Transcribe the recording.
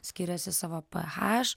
skiriasi savo p h